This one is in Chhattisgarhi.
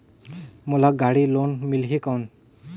मोला गाड़ी लोन मिलही कौन?